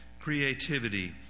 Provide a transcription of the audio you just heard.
creativity